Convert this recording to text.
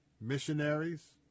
missionaries